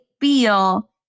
feel